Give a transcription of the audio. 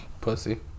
Pussy